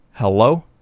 Hello